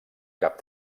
cap